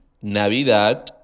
Navidad